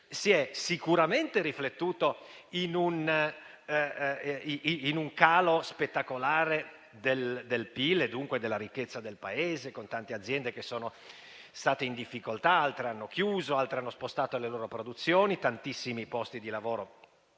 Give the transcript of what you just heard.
si è sicuramente riflettuto in un calo spettacolare del PIL e dunque della ricchezza del Paese, con tante aziende che sono state in difficoltà, altre che hanno chiuso o hanno spostato le loro produzioni, e ci sono stati tantissimi posti di lavoro